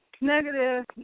negative